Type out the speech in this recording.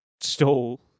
stole